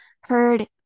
heard